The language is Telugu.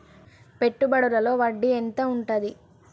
పెట్టుబడుల లో వడ్డీ ఎంత ఉంటది?